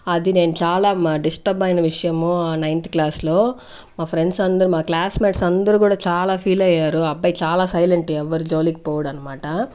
అది నేను చాలా మ డిస్టర్బ్ అయిన విషయము నైన్త్ క్లాస్ లో మా ఫ్రెండ్స్ అందరూ మా క్లాస్ మెట్స్ అందరూ కూడా చాలా ఫీల్ అయ్యారు ఆ అబ్బాయి చాలా సైలెంట్ ఎవ్వరి జోలికి పోడన్మాట